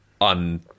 on